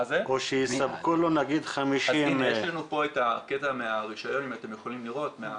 או שיספקו לו נגיד 50 --- יש לנו פה קטע מהרישיון של החברות,